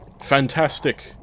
fantastic